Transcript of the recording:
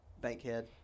Bankhead